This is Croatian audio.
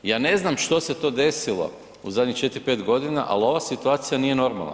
Ja ne znam što se to desilo u zadnjih 4, 5 godina, ali ova situacija nije normalna.